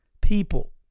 people